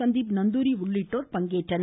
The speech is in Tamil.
சந்தீப் நந்தூரி உள்ளிட்டோர் பங்கேற்றனர்